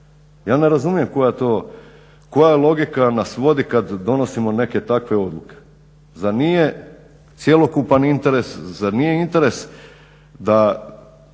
Ja ne razumijem koja logika nas vodi kad donosimo neke takve odluke. Zar nije cjelokupan interes, zar nije interes da